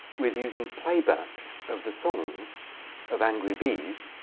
with using playback of the songs of angry bees,